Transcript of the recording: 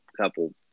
couple